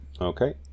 Okay